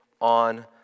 on